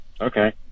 Okay